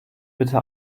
bitte